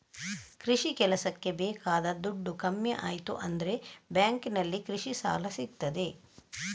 ಕೃಷಿ ಕೆಲಸಕ್ಕೆ ಬೇಕಾದ ದುಡ್ಡು ಕಮ್ಮಿ ಆಯ್ತು ಅಂದ್ರೆ ಬ್ಯಾಂಕಿನಲ್ಲಿ ಕೃಷಿ ಸಾಲ ಸಿಗ್ತದೆ